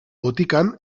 botikan